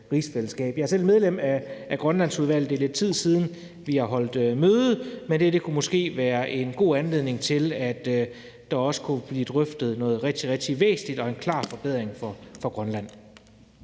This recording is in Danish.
Jeg er selv medlem af Grønlandsudvalget, og det er lidt tid siden, vi har holdt møde, men det her kunne måske være en god anledning til, at der også kunne blive drøftet nogle rigtig, rigtig væsentlige ting, som vil være en klar forbedring for Grønland.